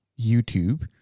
YouTube